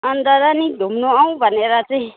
अन्त र नि घुम्नु आउँ भनेर चाहिँ